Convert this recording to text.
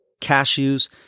cashews